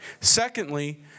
Secondly